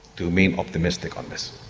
to remain optimistic on this.